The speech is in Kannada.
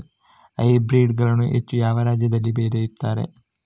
ಹೈಬ್ರಿಡ್ ಗಳನ್ನು ಹೆಚ್ಚು ಯಾವ ರಾಜ್ಯದಲ್ಲಿ ಬೆಳೆಯುತ್ತಾರೆ?